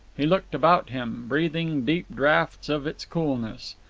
he looked about him, breathing deep draughts of its coolness.